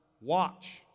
Watch